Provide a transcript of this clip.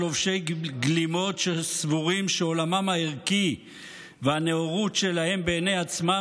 לובשי גלימות שסבורים שעולמם הערכי והנאורות שלהם בעיני עצמם